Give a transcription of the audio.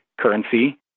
currency